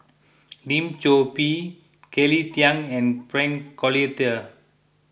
Lim Chor Pee Kelly Tang and Frank Cloutier